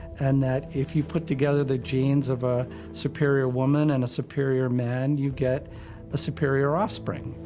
and that if you put together the genes of a superior woman and a superior man, you get a superior offspring.